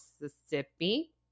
Mississippi